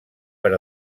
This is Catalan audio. per